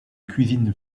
cuisine